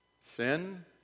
sin